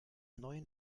neuen